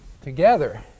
together